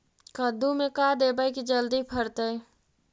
कददु मे का देबै की जल्दी फरतै?